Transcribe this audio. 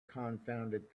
confounded